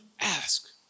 ask